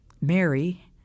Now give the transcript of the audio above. Mary